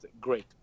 great